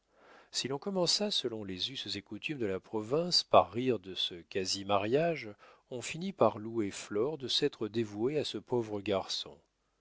si l'on commença selon les us et coutumes de la province par rire de ce quasi mariage on finit par louer flore de s'être dévouée à ce pauvre garçon